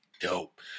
dope